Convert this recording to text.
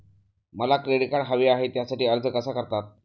मला credit card हवे आहे त्यासाठी अर्ज कसा करतात?